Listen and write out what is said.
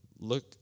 Look